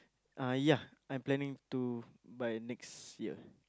ah ya I'm planning to by next year